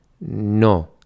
No